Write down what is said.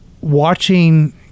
watching